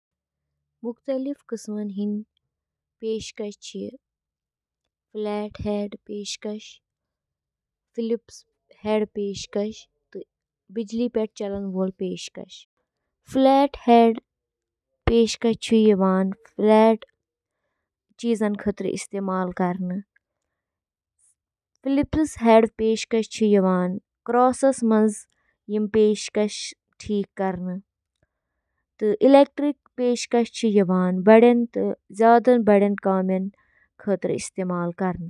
سائیکلٕک اَہَم جُز تہٕ تِم کِتھ کٔنۍ چھِ اِکہٕ وٹہٕ کٲم کران تِمَن منٛز چھِ drivetrain, crankset, bottom bracket, brakes, wheel تہٕ ٹائر تہٕ باقی۔